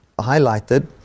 highlighted